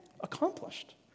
accomplished